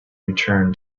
return